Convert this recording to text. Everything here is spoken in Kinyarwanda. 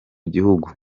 gihugu